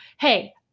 Hey